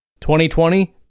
2020